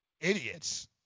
idiots